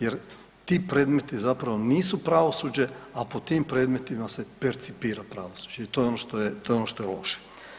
Jer ti predmeti zapravo nisu pravosuđe, a po tim predmetima se percipira pravosuđe i to je ono što je loše.